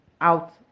out